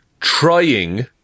trying